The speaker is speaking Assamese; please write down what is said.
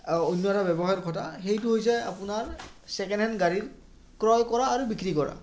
অন্য এটা ব্যৱসায়ৰ কথা সেইটো হৈছে আপোনাৰ ছেকেণ্ড হেণ্ড গাড়ীৰ ক্ৰয় কৰা আৰু বিক্ৰী কৰা